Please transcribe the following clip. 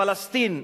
פלסטין,